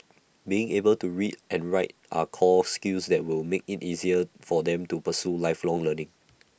being able to read and write are core skills that will make IT easier for them to pursue lifelong learning